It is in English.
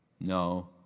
No